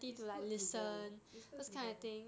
it's good to go it's good to go